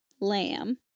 lamb